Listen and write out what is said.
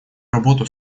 работу